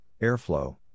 Airflow